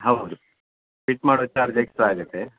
ಹೌದು ಫಿಟ್ ಮಾಡುವ charge extra ಆಗುತ್ತೆ